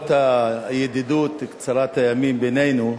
למרות הידידות קצרת הימים בינינו,